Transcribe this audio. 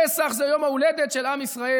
פסח זה יום ההולדת של עם ישראל,